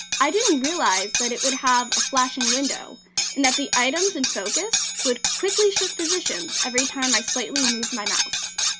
i didn't realize that it would have a flashing window and that the items in focus would quickly shift positions every time i slightly moved my mouse.